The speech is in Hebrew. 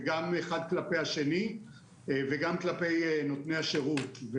גם אחד כלפי השני וגם כלפי נותני השרות.